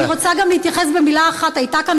אני רוצה גם להתייחס במילה אחת: הייתה כאן